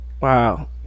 Wow